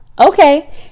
Okay